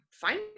Find